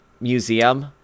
museum